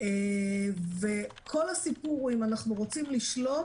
ואם אנחנו רוצים לשלוט,